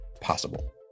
possible